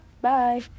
bye